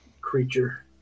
creature